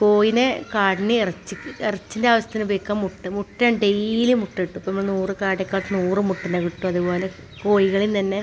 കോഴിനെ കാടേനെ ഇറച്ചി ഇറച്ചീൻ്റെ ആവശ്യത്തിന് ഉപയോഗിക്കാം മുട്ട മുട്ട ഡെയിലി മുട്ട കിട്ടും ഇപ്പോൾ നമ്മൾ നൂറ് കാട ഒക്കെ നൂറ് മുട്ടേൻ്റെ കിട്ടും അതുപോലെ കോഴികളീന്ന് തന്നെ